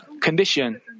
condition